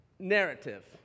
narrative